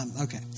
Okay